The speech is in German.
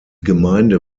gemeinde